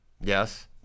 Yes